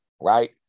right